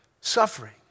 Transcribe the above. Suffering